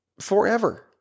forever